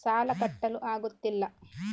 ಸಾಲ ಕಟ್ಟಲು ಆಗುತ್ತಿಲ್ಲ